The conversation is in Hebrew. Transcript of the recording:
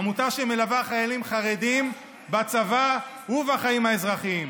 עמותה שמלווה חיילים חרדים בצבא ובחיים האזרחיים.